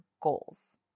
goals